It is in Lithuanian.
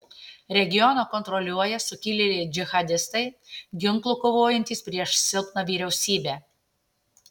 regioną kontroliuoja sukilėliai džihadistai ginklu kovojantys prieš silpną vyriausybę